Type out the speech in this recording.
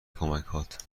کمکهات